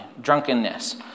drunkenness